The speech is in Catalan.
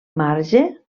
marge